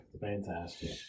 Fantastic